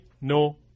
no